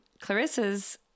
Clarissa's